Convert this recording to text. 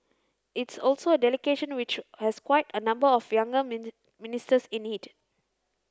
it's also a delegation which has quite a number of younger mini ministers in it